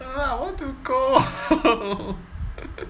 uh I want to go